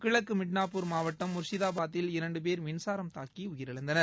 கிழக்கு மிட்னாபூர் மாவட்டம் முர்ஷிதாபாதில் இரண்டு பேர் மின்சாரம் தாக்கி உயிரிழந்தார்கள்